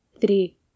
Three